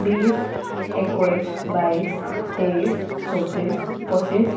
বিছ একৈছ বাইছ তেইছ চৌব্বিছ পঁচিছ